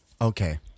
Okay